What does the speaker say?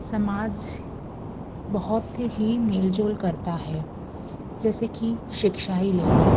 समाज बहुत ही मेल जोल करता है जैसे कि शिक्षा ही ले लो